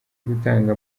gutanga